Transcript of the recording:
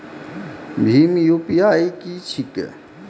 भीम UPI की छीके?